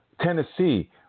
Tennessee